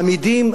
מעמידים,